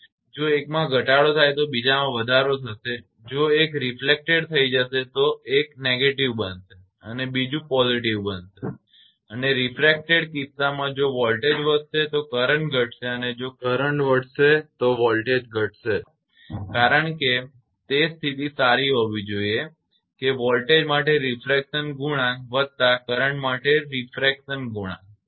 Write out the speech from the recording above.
જો એકમાં ઘટાડો થાય તો બીજામાં વધારો થશે જો એક પ્રતિબિંબિત થઈ જશે તો એક negative બનશે અને બીજુ positive બનશે અને રિફ્રેક્ટેડ કિસ્સામાં જો વોલ્ટેજ વધશે તો કરંટ ઘટશે અને જો કરંટ વધશે તો વોલ્ટેજ ઘટશે કારણ કે તે સ્થિતિ સારી હોવી જોઈએ કે વોલ્ટેજ માટે રીફ્રેક્શન ગુણાંક વત્તા કરંટ માટે રીફ્રેક્શન ગુણાંક એ 2 ની બરાબર હોવો જોઈએ